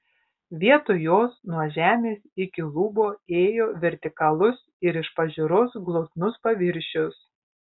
vietoj jos nuo žemės iki lubų ėjo vertikalus ir iš pažiūros glotnus paviršius